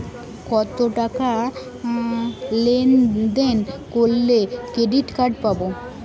কতটাকা লেনদেন করলে ক্রেডিট কার্ড পাব?